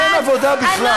אין עבודה בכלל.